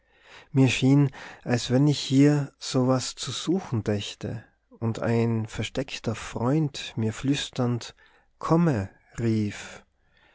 mir schien als wenn ich hier so was zu suchen dächte und ein versteckter freund mir flüsternd komme rief